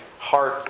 heart